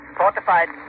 fortified